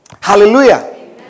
Hallelujah